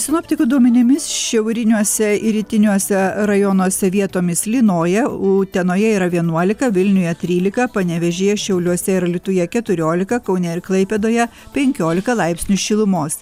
sinoptikų duomenimis šiauriniuose ir rytiniuose rajonuose vietomis lynoja utenoje yra vienuolika vilniuje trylika panevėžyje šiauliuose ir alytuje keturiolika kaune ir klaipėdoje penkiolika laipsnių šilumos